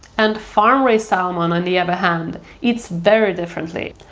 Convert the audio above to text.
and, farm raised salmon on the other hand, eats very differently.